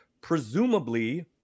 presumably